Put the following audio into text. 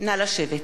נא לשבת.